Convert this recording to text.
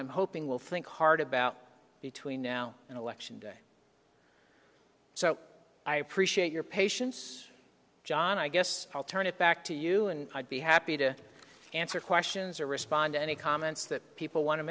i'm hoping will think hard about between now and election day so i appreciate your patience jon i guess i'll turn it back to you and i'd be happy to answer questions or respond to any comments that people want to